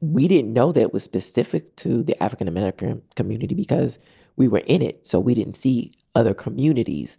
we didn't know that was specific to the african-american community because we were in it, so we didn't see other communities.